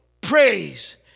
praise